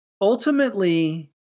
ultimately